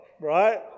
right